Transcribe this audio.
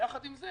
אתה